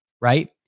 Right